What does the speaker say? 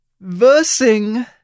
versing